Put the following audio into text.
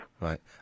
Right